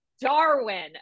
Darwin